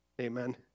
Amen